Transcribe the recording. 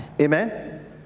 Amen